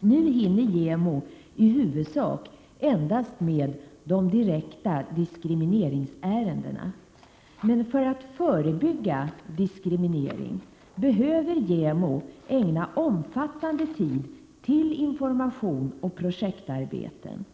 Nu hinner JämO i huvudsak endast med de direkta diskrimineringsärendena, men för att förebygga diskriminering behöver JämO ägna omfattande tid till information och projektarbeten.